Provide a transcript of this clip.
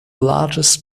largest